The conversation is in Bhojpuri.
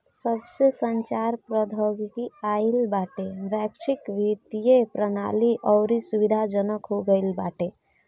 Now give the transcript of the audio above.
जबसे संचार प्रौद्योगिकी आईल बाटे वैश्विक वित्तीय प्रणाली अउरी सुविधाजनक हो गईल बाटे